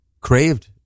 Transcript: craved